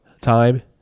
time